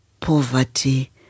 poverty